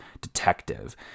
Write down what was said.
detective